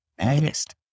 Artist